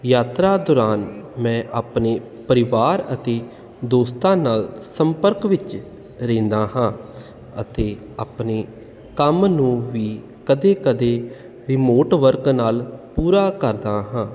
ਯਾਤਰਾ ਦੌਰਾਨ ਮੈਂ ਆਪਣੇ ਪਰਿਵਾਰ ਅਤੇ ਦੋਸਤਾਂ ਨਾਲ ਸੰਪਰਕ ਵਿੱਚ ਰਹਿੰਦਾ ਹਾਂ ਅਤੇ ਆਪਣੇ ਕੰਮ ਨੂੰ ਵੀ ਕਦੇ ਕਦੇ ਰਿਮੋਟ ਵਰਕ ਨਾਲ ਪੂਰਾ ਕਰਦਾ ਹਾਂ